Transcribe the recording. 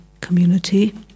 community